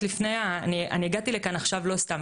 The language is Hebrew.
אני הגעתי לכאן עכשיו לא סתם.